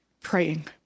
praying